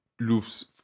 loops